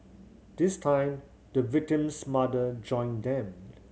this time the victim's mother joined them